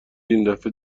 ایندفعه